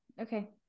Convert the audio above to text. okay